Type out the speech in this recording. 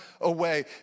away